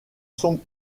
sombre